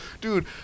Dude